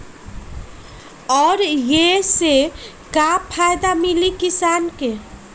और ये से का फायदा मिली किसान के?